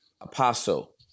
Apostle